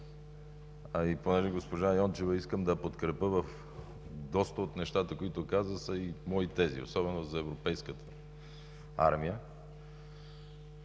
усилия. Госпожа Йончева искам да я подкрепя в доста от нещата, които каза, са и мои тези, особено за европейската армия.